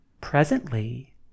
Presently